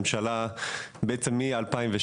הממשלה בעצם מ- 2017,